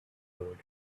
road